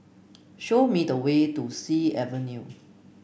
show me the way to Sea Avenue